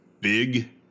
Big